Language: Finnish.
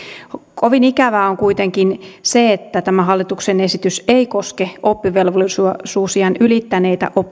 kovin ikävää on kuitenkin se että tämä hallituksen esitys ei koske oppivelvollisuusiän ylittäneitä